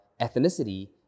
ethnicity